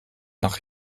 nach